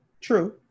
True